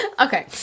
okay